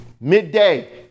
midday